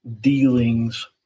dealings